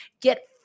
Get